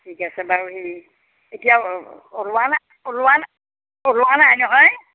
ঠিক আছে বাৰু হেৰি এতিয়া ওলোৱা নাই ওলোৱা নাই নহয়